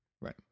right